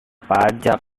pajak